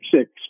six